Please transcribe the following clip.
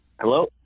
Hello